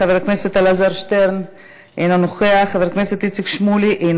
חבר הכנסת טלב אבו עראר,